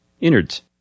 innards